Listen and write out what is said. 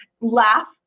laugh